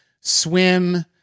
swim